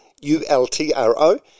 U-L-T-R-O